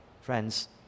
Friends